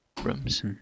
rooms